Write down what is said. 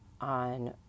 on